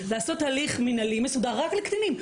לעשות הליך מינהלי מסודר רק לקטינים.